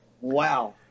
Wow